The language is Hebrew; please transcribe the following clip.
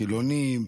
חילונים,